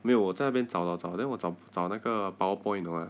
没有我在那边找找找 then 我找找那个 power point 你懂吗